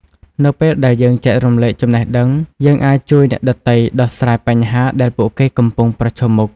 នៅពេលដែលយើងចែករំលែកចំណេះដឹង យើងអាចជួយអ្នកដទៃដោះស្រាយបញ្ហាដែលពួកគេកំពុងប្រឈមមុខ។